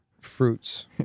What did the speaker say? fruits